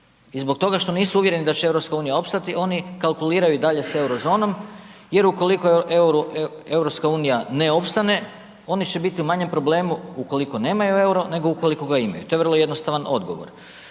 I zbog toga što nisu uvjereni da će EU opstati oni kalkuliraju i dalje sa Eurozonom jer ukoliko EU ne opstane oni će biti u manjem problemu ukoliko nemaju euro nego ukoliko ga imaju, to je vrlo jednostavan odgovor.